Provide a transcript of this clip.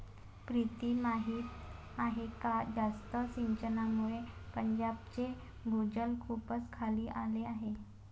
प्रीती माहीत आहे का जास्त सिंचनामुळे पंजाबचे भूजल खूपच खाली आले आहे